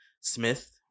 Smith